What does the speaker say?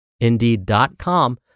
indeed.com